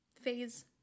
Phase